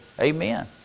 Amen